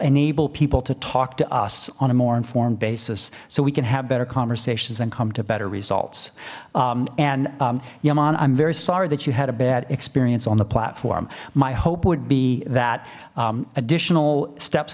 enable people to talk to us on a more informed basis so we can have better conversations and come to better results and llaman i'm very sorry that you had a bad experience on the platform my hope would be that additional steps